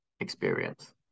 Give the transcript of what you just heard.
Experience